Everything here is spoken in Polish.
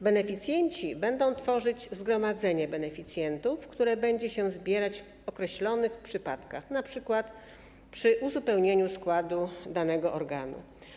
Beneficjenci będą tworzyć zgromadzenie beneficjentów, które będzie się zbierać w określonych przypadkach, np. przy uzupełnianiu składu danego organu.